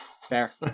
Fair